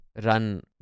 run